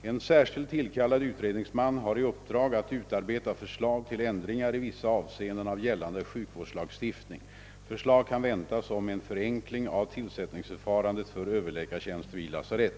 En särskilt tillkallad utredningsman har i uppdrag att utarbeta förslag till ändringar i vissa avseenden av gällande sjukvårdslagstiftning. Förslag kan väntas om en förenkling av tillsättningsförfarandet för överläkartjänster vid lasarett.